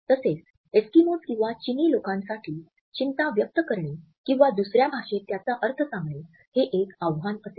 तसेच एस्किमोस किंवा चिनी लोकांसाठी चिंता व्यक्त करणे किंवा दुसर्या भाषेत त्याचा अर्थ सांगणे हे एक आव्हान असेल